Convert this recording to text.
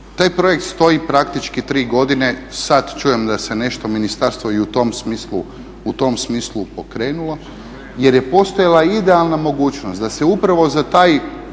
taj projekt stoji praktički 3 godine, sad čujem da se nešto ministarstvo i tom smislu pokrenulo jer je postojala idealna mogućnost da se upravo za taj